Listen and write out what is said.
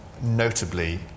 notably